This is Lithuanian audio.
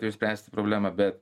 kaip spręsti problemą bet